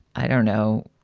i don't know,